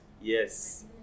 Yes